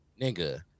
Nigga